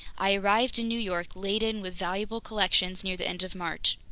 i arrived in new york laden with valuable collections near the end of march.